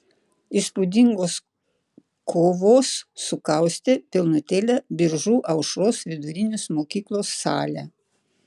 įspūdingos kovos sukaustė pilnutėlę biržų aušros vidurinės mokyklos salę